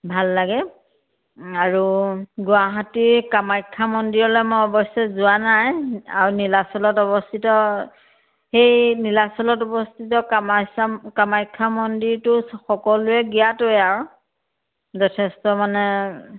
ভাল লাগে আৰু গুৱাহাটীৰ কামাখ্যা মন্দিৰলে মই অৱশ্যে যোৱা নাই আৰু নীলাচলত অৱস্থিত সেই নীলাচলত অৱস্থিত কামাইছ্যা কামাখ্যা মন্দিৰটো সকলোৱে জ্ঞাত আৰু যথেষ্ট মানে